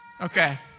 Okay